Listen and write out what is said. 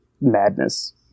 madness